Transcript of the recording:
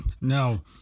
No